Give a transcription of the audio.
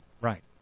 Right